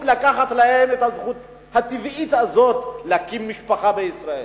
לקחת להם את הזכות הטבעית הזאת להקים משפחה בישראל.